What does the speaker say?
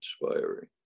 inspiring